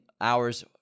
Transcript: hours